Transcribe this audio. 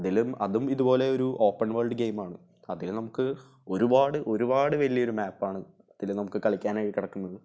അതിലും അതും ഇത് പോലെ ഒരു ഓപ്പൺ വേൾഡ് ഗെയിമാണ് അതിൽ നമ്മൾക്ക് ഒരുപാട് ഒരുപാട് വലിയൊരു മാപ്പാണ് അതിൽ നമുക്ക് കളിക്കാനായി കിടക്കുന്നത്